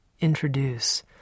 introduce